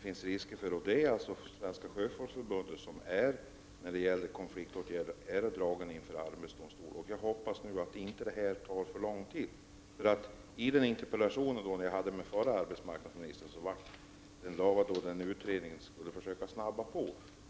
nu finns gäller som jag ser det Svenska sjöfolksförbundet, som på grund av konfliktåtgärder är draget inför arbetsdomstolen. Jag hoppas därför att översynen inte tar för lång tid. I sitt svar på min interpellation om detta lovade förra arbetsmarknadsministern att hon skulle försöka påskynda utredningen.